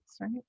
right